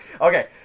Okay